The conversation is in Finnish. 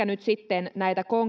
nyt sitten näitä